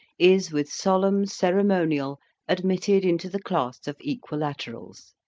is with solemn ceremonial admitted into the class of equilaterals.